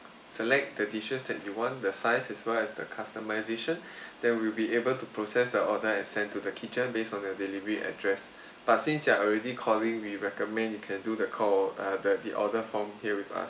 select the dishes that you want the size as well as the customisation then we'll be able to process the order and send to the kitchen based on the delivery address but since you are already calling we recommend you can do the call uh the the order from here with us